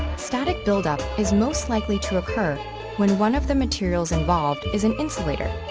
static build-up is most likely to occur when one of the materials involved is an insulator.